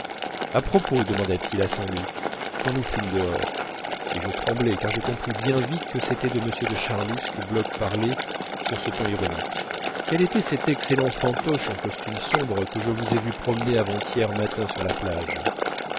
à propos demanda-t-il à saint loup quand nous fûmes dehors et je tremblai car je compris bien vite que c'était de m de charlus que bloch parlait sur ce ton ironique quel était cet excellent fantoche en costume sombre que je vous ai vu promener avant-hier matin sur la plage